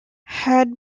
had